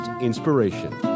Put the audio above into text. inspiration